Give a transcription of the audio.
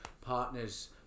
partners